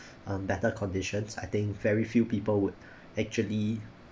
a better conditions I think very few people would actually